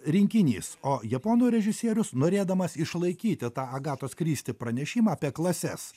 rinkinys o japonų režisierius norėdamas išlaikyti tą agatos kristi pranešimą apie klases